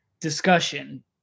discussion